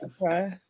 Okay